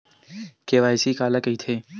KYC काला कइथे?